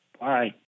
Bye